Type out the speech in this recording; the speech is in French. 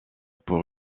pour